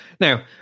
now